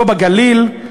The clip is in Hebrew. לא בגליל,